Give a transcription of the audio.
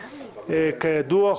כידוע,